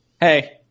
Hey